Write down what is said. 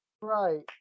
Right